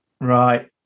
right